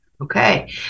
Okay